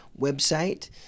website